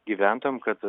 gyventojam kad